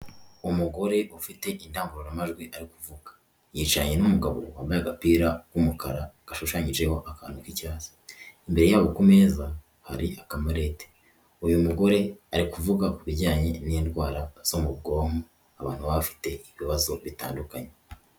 Umugore ufite indangururamajwi ari kuvuga, yicaranye n'umugabo wambaye agapira k'umukara gashushanyijeho akantu k'icyatsi, imbere yabo ku meza hari akamalete. Uyu mugore ari kuvuga ku bijyanye n'indwara zo mu bwonko, abantu baba bafite ibibazo bitandukanye.